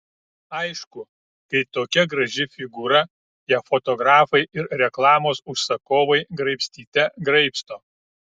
aišku kai tokia graži figūra ją fotografai ir reklamos užsakovai graibstyte graibsto